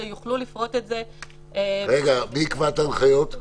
יוכלו לפרוט את זה --- מי יקבע את ההנחיות?